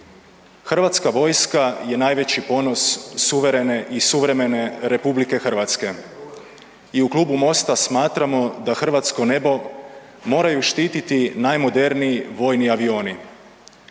Hrvatska vojska je najveći ponos suverene i suvremene RH i u Klubu MOST-a smatramo da hrvatsko nebo moraju štiti najmoderniji vojni avioni.